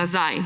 nazaj.